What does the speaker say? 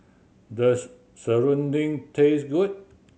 does serunding taste good